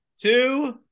two